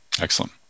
Excellent